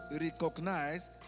recognize